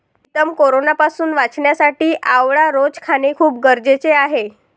प्रीतम कोरोनापासून वाचण्यासाठी आवळा रोज खाणे खूप गरजेचे आहे